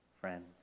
friends